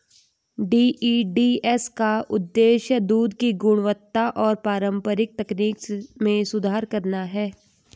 DEDS का उद्देश्य दूध की गुणवत्ता और पारंपरिक तकनीक में सुधार करना है